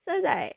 so it's like